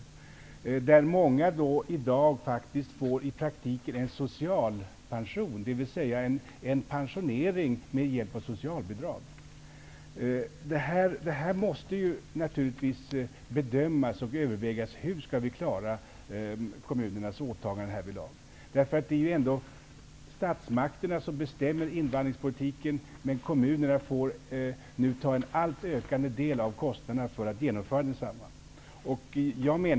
Många får i dag faktiskt i praktiken socialpension. Det handlar alltså om pensionering med hjälp av socialbidrag. Naturligtvis måste detta bedömas. Man måste överväga hur vi skall kunna klara kommunernas åtagande härvidlag. Det är ju ändå statsmakterna som bestämmer invandringspolitiken. Men kommunerna får nu ta över en allt större del av kostnaderna för att genomföra densamma.